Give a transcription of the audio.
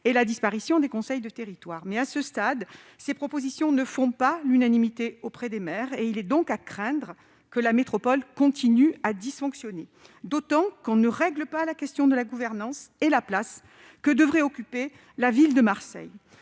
et disparition des conseils de territoire -, mais, à ce stade, ces propositions ne font pas l'unanimité parmi les maires. Il est donc à craindre que la métropole continue à dysfonctionner, d'autant que l'on ne règle pas les questions de la gouvernance et de la place que devrait y occuper la ville de Marseille.